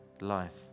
life